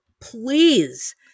please